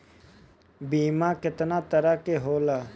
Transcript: बीमा केतना तरह के होला?